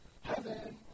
heaven